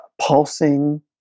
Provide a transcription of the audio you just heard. pulsing